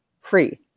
free